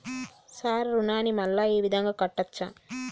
Sir రుణాన్ని మళ్ళా ఈ విధంగా కట్టచ్చా?